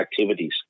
activities